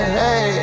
hey